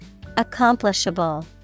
Accomplishable